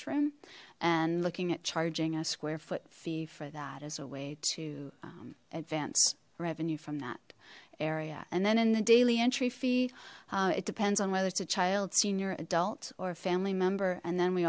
room and looking at charging a square foot fee for that as a way to advance revenue from that area and then in the daily entry fee it depends on whether it's a child senior adult or a family member and then we